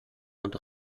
und